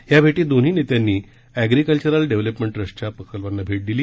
या भेटीत दोन्ही नेत्यांनी एग्रीकल्चरल डेव्हलपमेंट ट्रस्टच्या प्रकल्पांना भेट दिली